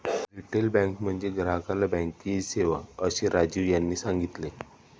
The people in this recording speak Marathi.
रिटेल बँक म्हणजे ग्राहकाला बँकेची सेवा, असे राजीव यांनी सांगितले